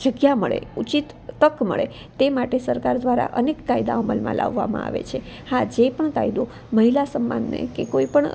જગ્યા મળે ઉચિત તક મળે તે માટે સરકાર દ્વારા અનેક કાયદા અમલમાં લાવવામાં આવે છે હા જે પણ કાયદો મહિલા સમ્માનને કે કોઈ પણ